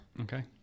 Okay